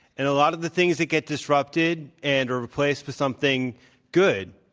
and a lot of the things that get d isrupted and are replaced with something good.